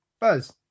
Buzz